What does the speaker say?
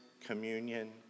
Communion